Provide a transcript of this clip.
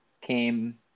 came